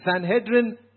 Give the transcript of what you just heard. Sanhedrin